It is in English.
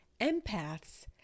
Empaths